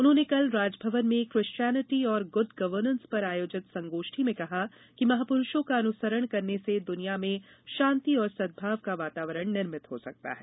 उन्होंने कल राजभवन में किश्चयनिटी और गूड गर्वनेंस पर आयोजित संगोष्ठी में कहा कि महापुरूषों का अनुसरण करने से दुनिया में शांति और सद्भाव का वातावरण निर्मित हो सकता है